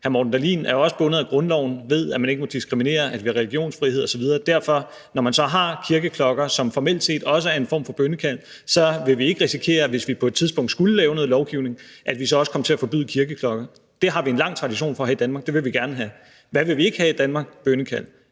Hr. Morten Dahlin er også bundet af grundloven og ved, at man ikke må diskriminere, at vi har religionsfrihed osv. Derfor, når man så har kirkeklokker, som formelt set også er en form for bønnekald, vil vi ikke risikere, at vi, hvis vi på et tidspunkt skulle lave noget lovgivning, også kom til at forbyde kirkeklokker. Det har vi en lang tradition for her i Danmark; det vil vi gerne have. Hvad vil vi ikke have i Danmark? Bønnekald.